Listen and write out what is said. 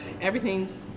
everything's